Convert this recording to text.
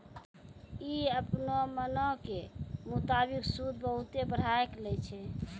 इ अपनो मनो के मुताबिक सूद बहुते बढ़ाय के लै छै